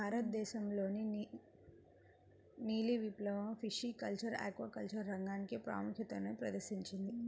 భారతదేశంలోని నీలి విప్లవం ఫిషరీస్ ఆక్వాకల్చర్ రంగానికి ప్రాముఖ్యతను ప్రదర్శించింది